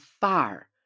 far